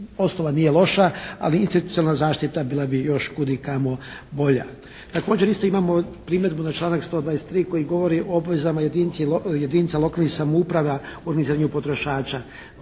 osnova nije loša, ali institucionalna zaštita bila bi još kudikamo bolja. Također isto imamo primjedbu na članak 123. koji govori o obvezama jedinica lokalnih samouprava u organiziranju potrošača.